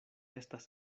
estas